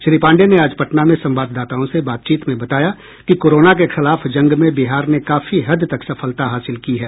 श्री पांडेय ने आज पटना में संवाददाताओं से बातचीत में बताया कि कोरोना के खिलाफ जंग में बिहार ने काफी हद तक सफलता हासिल की है